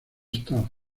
star